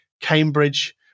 Cambridge